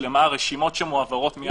רשימות של העצורים,